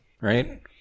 right